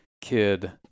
kid